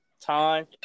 time